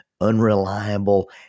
unreliable